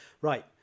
Right